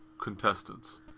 contestants